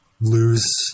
lose